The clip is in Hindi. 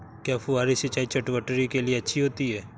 क्या फुहारी सिंचाई चटवटरी के लिए अच्छी होती है?